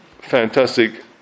Fantastic